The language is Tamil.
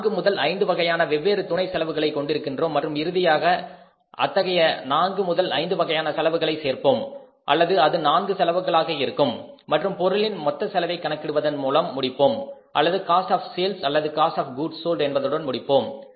நாம் நான்கு முதல் ஐந்து வகையான வெவ்வேறு துணை செலவுகளைக் கொண்டிருக்கின்றோம் மற்றும் இறுதியாக அத்தகைய நான்கு முதல் ஐந்து வகையான செலவுகளை சேர்ப்போம் அல்லது அது நான்கு செலவுகளாக இருக்கும் மற்றும் பொருளின் மொத்த செலவை கணக்கிடுவதன் மூலம் முடிப்போம் அல்லது காஸ்ட் ஆஃப் சேல்ஸ் அல்லது காஸ்ட் ஆஃ குட்ச் சோல்ட் என்பதுடன் முடிப்போம்